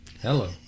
Hello